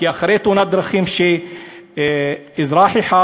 כי אחרי תאונת דרכים שאזרח אחד,